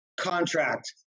contract